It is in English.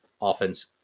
offense